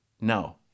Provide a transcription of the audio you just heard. No